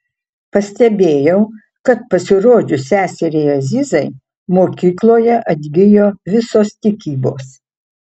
pastebėjau kad pasirodžius seseriai azizai mokykloje atgijo visos tikybos